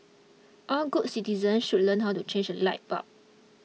all good citizens should learn how to change a light bulb